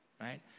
right